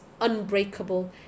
unbreakable